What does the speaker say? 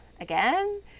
again